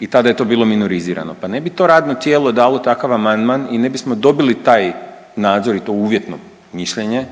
i tada je to bilo minorizirano, pa ne bi to radno tijelo dalo takav amandman i ne bismo dobili taj nadzor i to uvjetno mišljenje